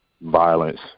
violence